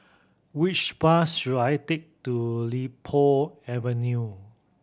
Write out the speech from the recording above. which bus should I take to Li Po Avenue